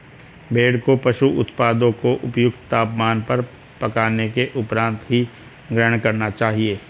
भेड़ को पशु उत्पादों को उपयुक्त तापमान पर पकाने के उपरांत ही ग्रहण करना चाहिए